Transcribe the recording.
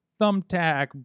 thumbtack